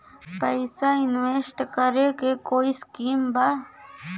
पैसा इंवेस्ट करे के कोई स्कीम बा?